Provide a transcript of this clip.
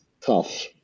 tough